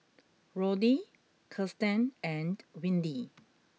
Roddy Kiersten and Windy